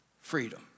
freedom